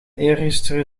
eergisteren